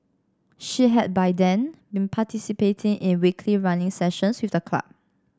she had by then been participating in weekly running sessions with the club